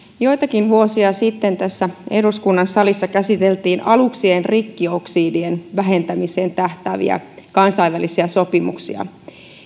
joitakin vuosia sitten tässä eduskunnan salissa käsiteltiin aluksien rikkioksidien vähentämiseen tähtääviä kansainvälisiä sopimuksia